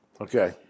Okay